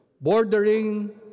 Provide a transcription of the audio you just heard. bordering